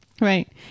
Right